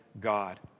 God